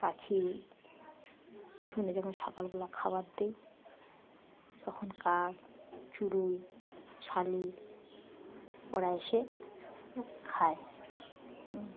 পাখি উঠোনে যখন সকালবেলা খাবার দেই তখন কাক চুড়ুই শালিক ওরা এসে খায়